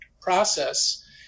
process